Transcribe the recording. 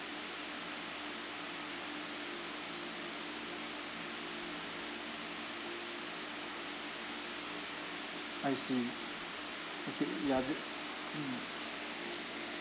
I see okay ya but mm